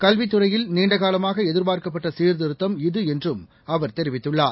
கல்வித்துறையில் நீண்டகாலமாகஎதிர்பார்க்கப்பட்டசீர்திருத்தம் என்றும் இது அவர் தெரிவித்துள்ளார்